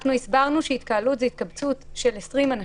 אנחנו הסברנו שהתקהלות היא התקבצות של 20 אנשים,